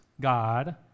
God